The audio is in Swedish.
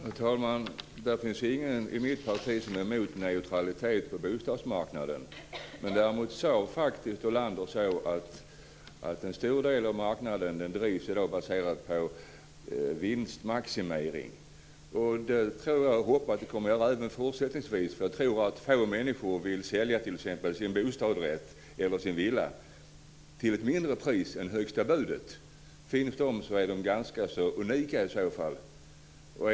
Herr talman! Det finns ingen i mitt parti som är emot neutralitet på bostadsmarknaden. Däremot sade Olander att en stor del av marknaden i dag drivs baserat på vinstmaximering. Jag hoppas att det kommer att göra det även fortsättningsvis. Få människor vill sälja sin bostadsrätt eller sin villa till ett lägre pris än högsta budet. Finns de är de i så fall ganska så unika.